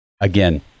Again